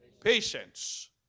Patience